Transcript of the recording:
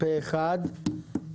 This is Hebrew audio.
הצבעה הצו התקבל.